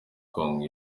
kong